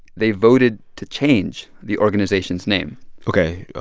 they voted to change the organization's name ok.